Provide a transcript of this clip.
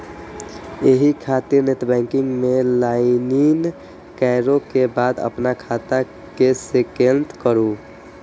एहि खातिर नेटबैंकिग मे लॉगइन करै के बाद अपन खाता के सेलेक्ट करू